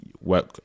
work